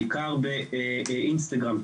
בעיקר באינסטגרם,